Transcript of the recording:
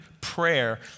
Prayer